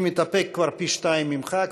אני מתאפק כבר פי-שניים ממך,